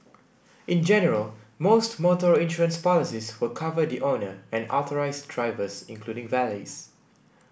in general most motor insurance policies will cover the owner and authorised drivers including valets